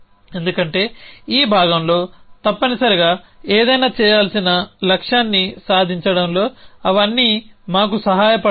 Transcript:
ఎందుకంటే ఈ భాగంలో తప్పనిసరిగా ఏదైనా చేయాల్సిన లక్ష్యాన్ని సాధించడంలో అవన్నీ మాకు సహాయపడతాయి